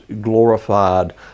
glorified